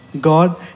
god